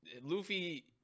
Luffy